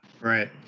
right